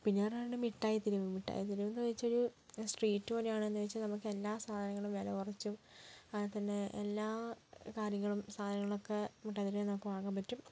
പിന്നെ പറയാനുള്ളത് മിട്ടായിത്തെരുവ് മിട്ടായിത്തെരുവ് എന്ന് വെച്ചാൽ ഒരു സ്ട്രീറ്റ് പോലെയാണോയെന്ന് വെച്ചാൽ നമുക്കെല്ലാ സാധനങ്ങളും വില കുറച്ചും അതുപോലെതന്നെ എല്ലാ കാര്യങ്ങളും സാധനങ്ങളൊക്കെ മിട്ടായി തെരുവിൽ നമുക്ക് വാങ്ങാൻ പറ്റും